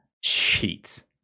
sheets